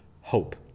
hope